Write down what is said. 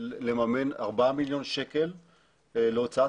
לממן ארבעה מיליון שקל להוצאת